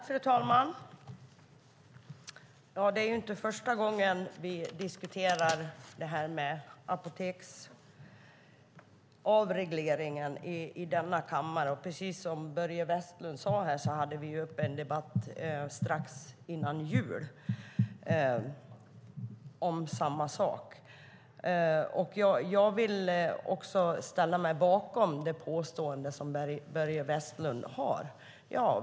Fru talman! Det är inte första gången vi diskuterar apoteksavregleringen i denna kammare. Precis som Börje Vestlund sade hade vi en debatt strax innan jul om samma sak. Också jag vill ställa mig bakom det påstående som Börje Vestlund gör.